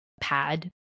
pad